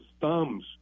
thumbs